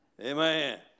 Amen